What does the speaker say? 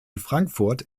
frankfurt